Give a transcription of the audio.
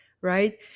right